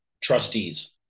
trustees